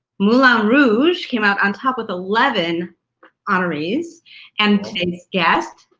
moulin rouge came out on top with eleven honorees and today's guest,